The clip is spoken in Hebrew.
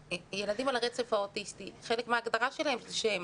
ילדים על הרצף האוטיסטי חלק מן ההגדרה שלהם היא שהם